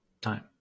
Time